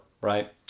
right